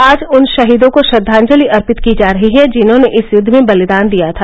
आज उन शहीदों को श्रद्वांजलि अर्पित को जा रही है जिन्होंने इस युद्ध में बलिदान दिया था